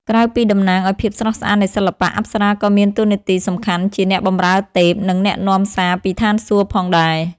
ក្រៅពីតំណាងឲ្យភាពស្រស់ស្អាតនៃសិល្បៈ អប្សរាក៏មានតួនាទីសំខាន់ជា អ្នកបម្រើទេព និង អ្នកនាំសារពីស្ថានសួគ៌ ផងដែរ។